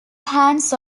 hands